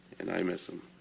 and i miss him.